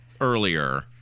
earlier